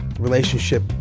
Relationship